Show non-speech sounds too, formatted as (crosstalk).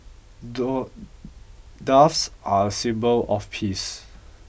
(unintelligible) Doves are a symbol of peace